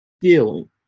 feeling